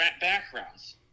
backgrounds